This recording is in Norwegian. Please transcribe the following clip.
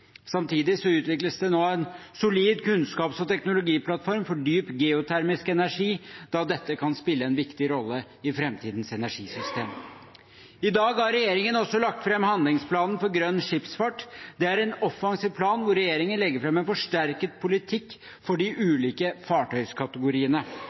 Samtidig utvikles det nå en solid kunnskaps- og teknologiplattform for dyp geotermisk energi, da dette kan spille en viktig rolle i framtidens energisystem. I dag har regjeringen også lagt fram handlingsplanen for grønn skipsfart. Det er en offensiv plan, der regjeringen legger fram en forsterket politikk for de